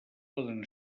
poden